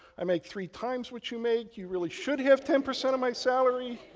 i make three times what you make. you really should have ten percent of my salary.